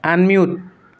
unmute